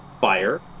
fire